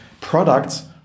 products